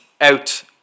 out